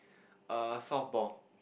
err softball